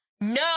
No